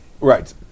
Right